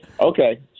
Okay